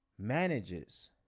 Manages